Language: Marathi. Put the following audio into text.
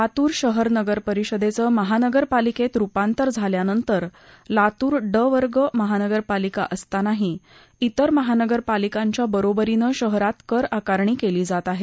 लातूर शहर नगर परिषदेचं महानगर पालिकेत रूपांतर झाल्यानंतर लातूर ड वर्ग महानगरपालिका असतानाही इतर महापालिकांच्या बरोबरीने शहरात कर आकारणी केली जात आहे